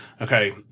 okay